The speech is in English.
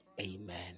Amen